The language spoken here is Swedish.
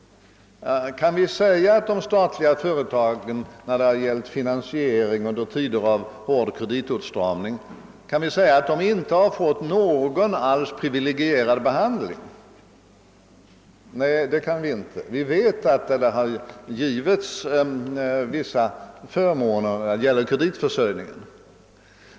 Kan vi säga, att de statliga företagen vad beträffar finansiering under tider av hård kreditåtstramning inte har fått någon privilegierad behandling alls? Nej, det kan vi inte. Vi vet att det i fråga om kreditförsörjningen har givits vissa förmåner åt statliga företag.